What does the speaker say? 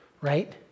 right